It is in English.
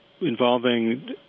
involving